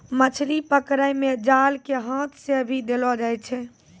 मछली पकड़ै मे जाल के हाथ से भी देलो जाय छै